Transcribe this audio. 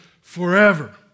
forever